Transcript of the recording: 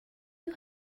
you